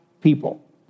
people